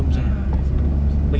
ah different rooms